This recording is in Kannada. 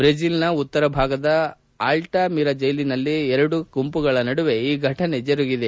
ಬ್ರೆಜಿಲ್ ನ ಉತ್ತರ ಭಾಗದ ಅಲ್ಲ ಮಿರಾ ಜೈಲಿನಲ್ಲಿ ಎರಡು ಗುಂಪುಗಳ ನಡುವೆ ಈ ಘಟನೆ ಜರುಗಿದೆ